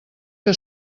que